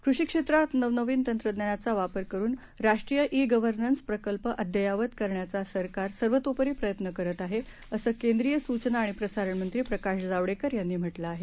कृषी क्षेत्रात नवनविन तंत्रज्ञानाचा वापर करुन राष्ट्रीय ई गर्व्हनन्स प्रकल्प अद्ययावत करण्याचा सरकार सर्वतोपरी प्रयत्न करत आहे असं केंद्रीय सूचना आणि प्रसारण मंत्री प्रकाश जावडेकर यांनी म्हटलं आहे